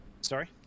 Sorry